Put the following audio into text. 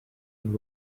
and